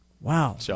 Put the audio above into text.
Wow